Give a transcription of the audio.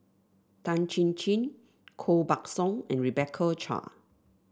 Tan Chin Chin Koh Buck Song and Rebecca Chua